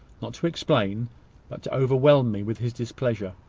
not to explain, but to overwhelm me with his displeasure,